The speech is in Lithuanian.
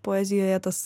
poezijoje tas